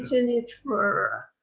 written it for